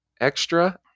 extra